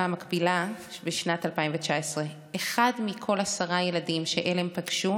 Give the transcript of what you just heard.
המקבילה בשנת 2019. אחד מכל עשרה ילדים שעלם פגשו